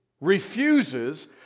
refuses